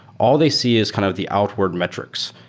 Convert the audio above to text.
all they see is kind of the outward metrics,